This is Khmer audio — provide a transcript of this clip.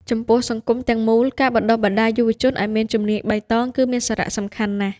ចំពោះសង្គមទាំងមូល ការបណ្ដុះបណ្ដាលយុវជនឱ្យមានជំនាញបៃតងគឺមានសារៈសំខាន់ណាស់។